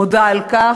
מודה על כך,